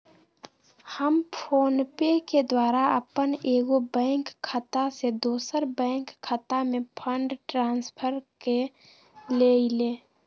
हम फोनपे के द्वारा अप्पन एगो बैंक खता से दोसर बैंक खता में फंड ट्रांसफर क लेइले